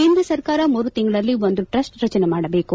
ಕೇಂದ್ರ ಸರ್ಕಾರ ಮೂರು ತಿಂಗಳಲ್ಲಿ ಒಂದು ಟ್ರಸ್ಟ್ ರಚನೆ ಮಾಡಬೇಕು